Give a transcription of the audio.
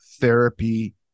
therapy